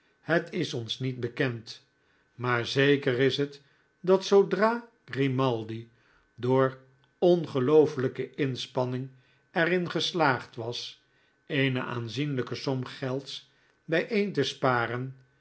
het is ons niet bekend maar zeker is het dat zoodra grimaldi door ongeloofelijke inspanning er in geslaagd was eene aanzienlijke som gelds bijeen te sparen